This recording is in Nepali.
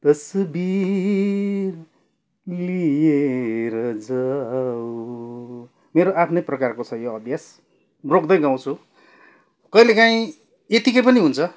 मेरो आफ्नै प्रकारको छ यो अभ्यास रोक्दै गाउँछु कहिले काँही यतिकै पनि हुन्छ